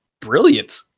brilliant